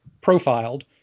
profiled